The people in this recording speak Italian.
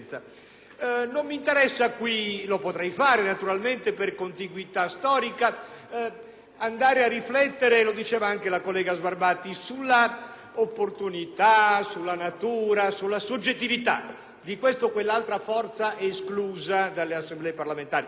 andare a riflettere, come ha detto anche la senatrice Sbarbati, sulla opportunità, sulla natura, sulla soggettività di questa o quell'altra forza esclusa dalle Assemblee parlamentari: certo è che, all'ultimo, è difficile supporre che vi possa essere una